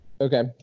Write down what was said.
Okay